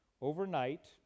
overnight